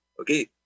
Okay